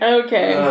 okay